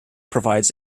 provides